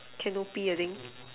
Canopy I think